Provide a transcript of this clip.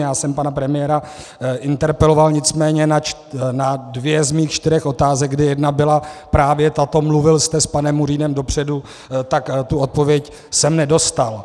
Já jsem pana premiéra interpeloval, nicméně na dvě z mých čtyřech otázek, kdy jedna byla právě tato mluvil jste s panem Murínem dopředu? , tak tu odpověď jsem nedostal.